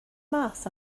mas